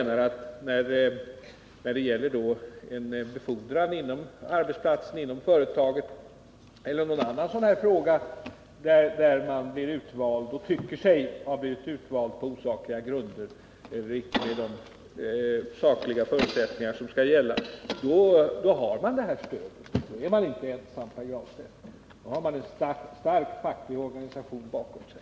När det gäller en befordran eller någon annan fråga där man tycker sig ha blivit förbigången på osakliga grunder har man alltså det här stödet. Då är man inte ensam, Pär Granstedt, utan man har en stark facklig organisation bakom sig.